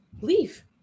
Leave